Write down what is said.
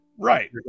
right